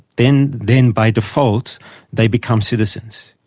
then then by default they become citizens,